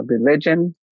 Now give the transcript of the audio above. religion